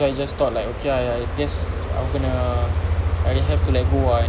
so I just thought like okay ah I guess aku kena I have to let go ah and